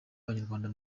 abanyarwanda